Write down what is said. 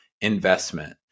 investment